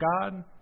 God